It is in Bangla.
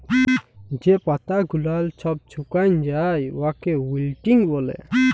যে পাতা গুলাল ছব ছুকাঁয় যায় উয়াকে উইল্টিং ব্যলে